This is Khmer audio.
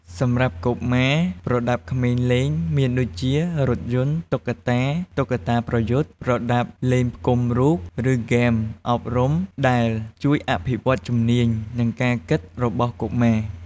សម្រាប់កុមារប្រដាប់ក្មេងលេងមានដូចជា រថយន្ត តុក្កតា តុក្កតាប្រយុទ្ធ ប្រដាប់លេងផ្គុំរូប ឬហ្គេមអប់រំ ដែលជួយអភិវឌ្ឍជំនាញ និងការគិតរបស់កុមារ។